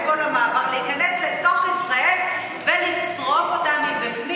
אני צריך לרשום לי כל פעם דברים שאני נזכר בהם,